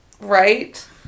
Right